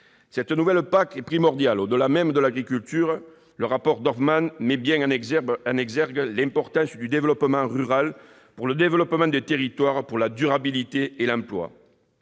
Cette nouvelle PAC est primordiale, au-delà même de l'agriculture : le rapport Dorfmann met bien en exergue l'importance du développement rural pour le développement des territoires, la durabilité et l'emploi.